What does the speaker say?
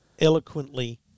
eloquently